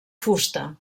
fusta